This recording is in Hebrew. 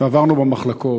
ועברנו במחלקות,